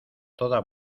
toda